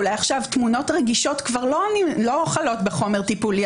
אולי תמונות רגישות כבר לא חלות בחומר טיפולי,